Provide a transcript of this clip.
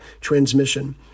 transmission